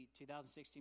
2016